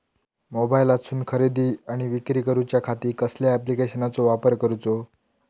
मोबाईलातसून खरेदी आणि विक्री करूच्या खाती कसल्या ॲप्लिकेशनाचो वापर करूचो?